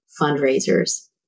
fundraisers